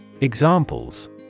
Examples